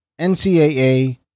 NCAA